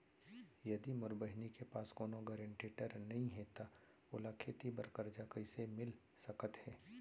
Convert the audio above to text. यदि मोर बहिनी के पास कोनो गरेंटेटर नई हे त ओला खेती बर कर्जा कईसे मिल सकत हे?